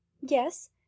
Yes